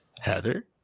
Heather